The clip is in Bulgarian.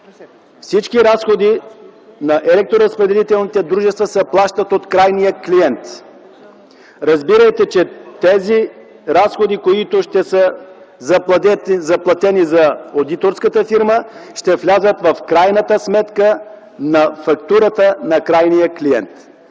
Всички разходи на електроразпределителните дружества се плащат от крайния клиент. Разбирайте, че тези разходи, които ще бъдат заплатени за одиторската фирма, ще влязат в крайната сметка на фактурата на крайния клиент.